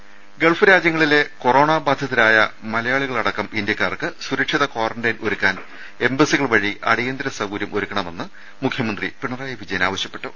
വാർത്തകൾ വിശദമായി ഗൾഫ് രാജ്യങ്ങളിലെ കൊറോണാ ബാധിതരായ മലയാളികളടക്കം ഇന്ത്യക്കാർക്ക് സുരക്ഷിത ക്വാറന്റൈൻ ഒരുക്കാൻ എംബസികൾ വഴി അടിയന്തര സൌകര്യം ഒരുക്കണമെന്ന് മുഖ്യമന്ത്രി പിണറായി വിജയൻ ആവശ്യപ്പെട്ടു